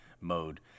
mode